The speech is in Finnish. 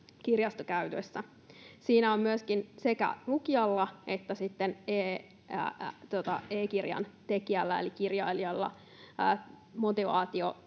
kirjastokäytössä. Siinä on myöskin sekä lukijalla että sitten e-kirjan tekijällä eli kirjailijalla motivaatio